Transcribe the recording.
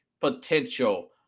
potential